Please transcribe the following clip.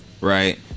Right